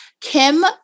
Kim